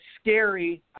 scary –